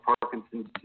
Parkinson's